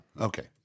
Okay